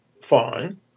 fine